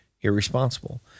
irresponsible